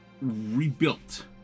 Rebuilt